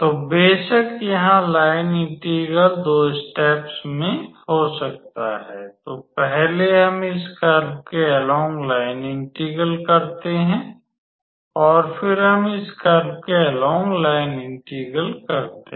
तो बेशक यहाँ लाइन इंटेग्रल दो स्टेप्स में हो सकता है तो पहले हम इस कर्व के अलोंग लाइन इंटीग्रल करते हैं और फिर हम इस कर्व के अलोंग लाइन इंटीग्रल करते हैं